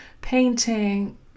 painting